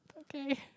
Okay